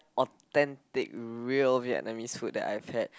authentic real Vietnamese food that I've had